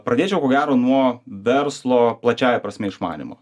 pradėčiau ko gero nuo verslo plačiąja prasme išmanymo